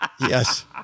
Yes